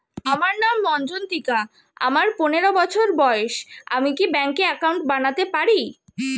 আমার নাম মজ্ঝন্তিকা, আমার পনেরো বছর বয়স, আমি কি ব্যঙ্কে একাউন্ট বানাতে পারি?